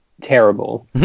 terrible